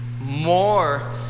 more